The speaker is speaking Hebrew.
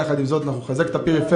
יחד עם זאת, אנחנו נחזק את הפריפריה.